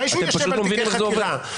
אתם פשוט לא מבינים איך זה עובד.